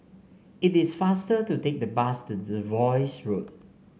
it is faster to take the bus to Jervois Road